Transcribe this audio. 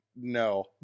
no